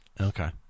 Okay